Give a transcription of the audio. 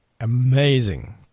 amazing